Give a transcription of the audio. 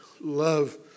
love